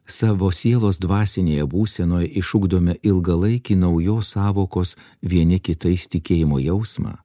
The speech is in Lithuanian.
savo sielos dvasinėje būsenoje išugdome ilgalaikį naujos sąvokos vieni kitais tikėjimo jausmą